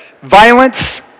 violence